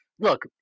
look—